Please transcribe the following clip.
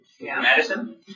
Madison